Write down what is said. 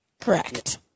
correct